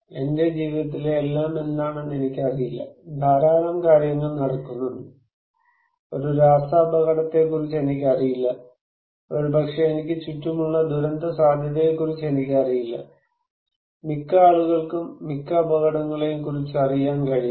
എന്റെ ജീവിതത്തിലെ എല്ലാം എന്താണെന്ന് എനിക്കറിയില്ല ധാരാളം കാര്യങ്ങൾ നടക്കുന്നുണ്ട് ഒരു രാസ അപകടത്തെക്കുറിച്ച് എനിക്കറിയില്ല ഒരുപക്ഷേ എനിക്ക് ചുറ്റുമുള്ള ദുരന്തസാധ്യതയെക്കുറിച്ച് എനിക്കറിയില്ല മിക്ക ആളുകൾക്കും മിക്ക അപകടങ്ങളെയും കുറിച്ച് അറിയാൻ കഴിയില്ല